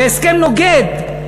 והסכם נוגד,